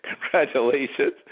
congratulations